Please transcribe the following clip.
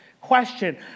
question